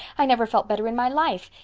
i never felt better in my life.